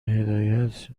هدایت